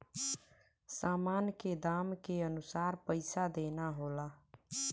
सामान के दाम के अनुसार पइसा देना होला